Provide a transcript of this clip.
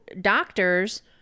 doctors